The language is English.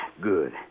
good